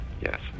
Yes